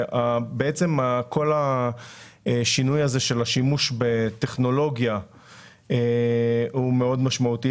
כל השינוי הזה של השימוש בטכנולוגיה הוא מאוד משמעותי